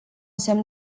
semn